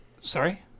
Sorry